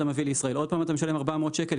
עוד פעם אתה משלם 400 שקלים.